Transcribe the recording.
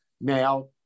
now